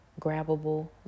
grabbable